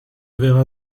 verra